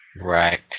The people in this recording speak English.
Right